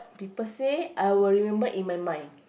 people say I will remember in my mind